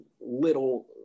little